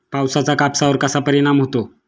पावसाचा कापसावर कसा परिणाम होतो?